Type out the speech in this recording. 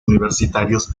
universitarios